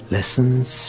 Lessons